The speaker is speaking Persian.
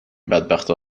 بدبختا